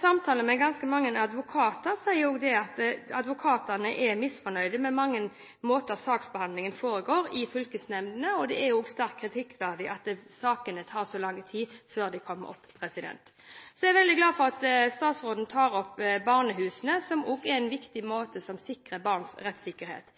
Samtaler med ganske mange advokater viser at også de er misfornøyde med måten mye av saksbehandlingen foregår på i fylkesnemndene. Det er også sterkt kritikkverdig at det tar så lang tid før sakene kommer opp. Så er jeg veldig glad for at statsråden tar opp barnehusene, som også er viktig for å sikre barns rettssikkerhet.